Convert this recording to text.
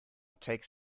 takes